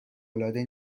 العاده